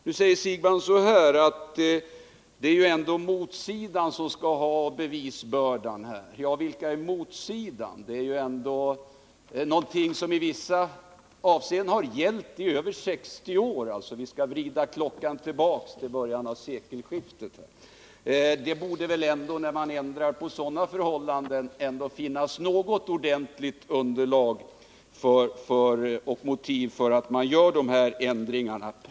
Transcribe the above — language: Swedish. Nu säger Bo Siegbahn att det är motsidan som har bevisbördan. Ja, vilken är motsidan? Det är här fråga om förhållanden som gällt i över 60 år. Man vrider alltså klockan tillbaka mot sekelskiftet. När man ändrar på så gamla förhållanden, borde man väl ändå ha något ordentligt underlag samt praktiska och ekonomiska motiv för dessa ändringar.